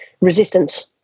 resistance